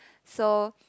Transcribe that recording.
so